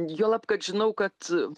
juolab kad žinau kad